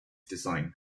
design